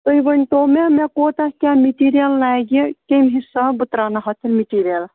تُہۍ ؤنۍتَو مےٚ مےٚ کوتاہ کیٛاہ مِٹیٖریَل لَگہِ کَمہِ حساب بہٕ ترٛاوٕناوہاو مِٹیٖریَل